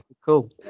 cool